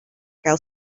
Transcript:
gael